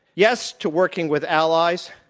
yes, to working with allies.